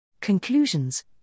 Conclusions